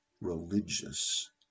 religious